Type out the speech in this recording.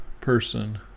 person